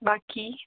बाकी